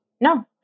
No